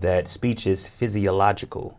that which is physiological